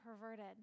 perverted